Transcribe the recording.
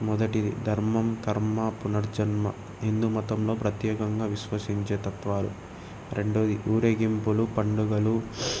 మొదటిది ధర్మం కర్మ పునర్జన్మ హిందూ మతంలో ప్రత్యేకంగా విశ్వసించే తత్వాలు రెండోది ఊరేగింపులు పండుగలు